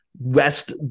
West